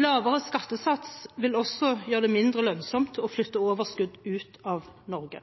Lavere skattesats vil også gjøre det mindre lønnsomt å flytte overskudd ut av Norge.